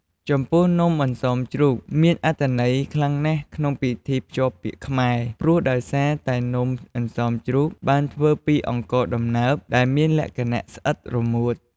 ចំពោះនំអន្សមជ្រូកមានអត្ថន័យខ្លាំងណាស់ក្នុងពិធីភ្ជាប់ពាក្យខ្មែរ ព្រោះដោយសារតែនំអន្សមជ្រូកត្រូវបានធ្វើពី អង្ករដំណើប ដែលមានលក្ខណៈស្អិតរមួត។